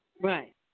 Right